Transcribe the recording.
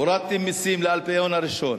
הורדתם מסים לאלפיון הראשון.